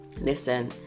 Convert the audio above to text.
listen